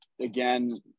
again